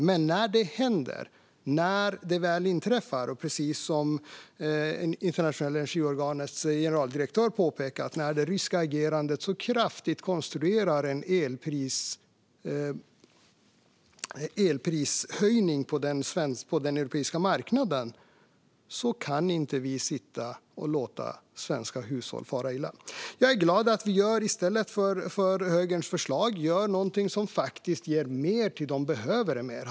Men när det händer, när det väl inträffar, och det ryska agerandet, precis som det internationella energiorganets generaldirektör påpekar, konstruerar en kraftig elprishöjning på den europeiska marknaden kan vi inte sitta och låta svenska hushåll fara illa. Jag är glad att vi, i stället för som högern föreslår, gör någonting som faktiskt ger mer till dem som behöver det mest.